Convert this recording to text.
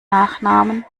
nachnamen